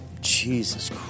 Jesus